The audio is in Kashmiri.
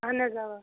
اہن حظ آ